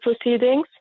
proceedings